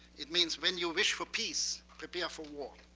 it means when you wish for peace, prepare for war.